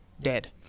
dead